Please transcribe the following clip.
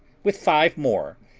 with five more,